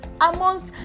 Amongst